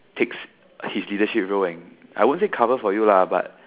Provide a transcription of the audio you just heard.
take his leadership role and I won't say cover for you lah but